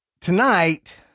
tonight